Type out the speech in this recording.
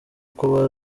uko